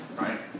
right